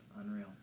Unreal